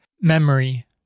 memory